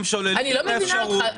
אני לא מבינה אותך.